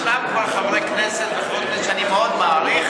ישנם כבר חברי וחברות כנסת שאני מאוד מעריך